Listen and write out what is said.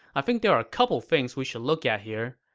i think there are a couple things we should look at here.